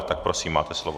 Tak prosím, máte slovo.